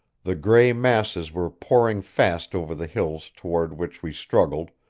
the gray masses were pouring fast over the hills toward which we struggled,